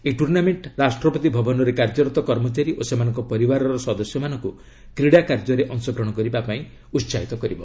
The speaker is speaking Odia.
ଏହି ଟୁର୍ଣ୍ଣାମେଣ୍ଟ ରାଷ୍ଟ୍ରପତି ଭବନରେ କାର୍ଯ୍ୟରତ କର୍ମଚାରୀ ଓ ସେମାନଙ୍କ ପରିବାରର ସଦସ୍ୟମାନଙ୍କୁ କ୍ରୀଡ଼ା କାର୍ଯ୍ୟରେ ଅଂଶଗ୍ରହଣ କରିବାକୁ ଉତ୍ସାହିତ କରିବ